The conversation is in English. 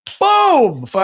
Boom